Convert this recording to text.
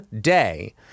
day